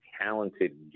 talented